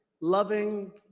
loving